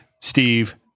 Steve